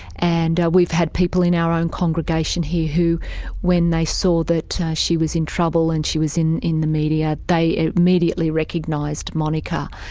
and we've had people from our own congregation here who when they saw that she was in trouble and she was in in the media, they immediately recognised monika,